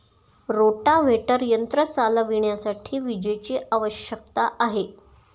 rotavator यंत्र चालविण्यासाठी विजेची आवश्यकता आहे